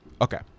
Okay